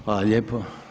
Hvala lijepo.